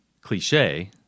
cliche